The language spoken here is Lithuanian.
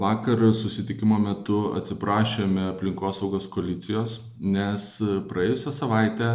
vakar susitikimo metu atsiprašėme aplinkosaugos koalicijos nes praėjusią savaitę